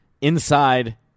inside